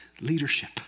leadership